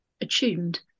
attuned